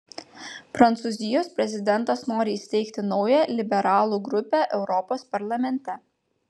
prancūzijos prezidentas nori įsteigti naują liberalų grupę europos parlamente